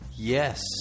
Yes